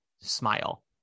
smile